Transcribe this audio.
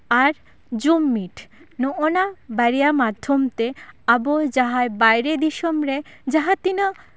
ᱟᱨ Zoom meet ᱱᱚᱜᱼᱚ ᱱᱟ ᱵᱟᱨᱭᱟ ᱢᱟᱫᱽᱫᱷᱚᱢ ᱛᱮ ᱟᱵᱚ ᱡᱟᱦᱟᱸᱭ ᱵᱟᱭᱨᱮ ᱫᱤᱥᱚᱢ ᱨᱮ ᱡᱟᱦᱟᱸ ᱛᱤᱱᱟᱹᱜ